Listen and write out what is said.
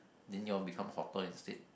then you all become hotter instead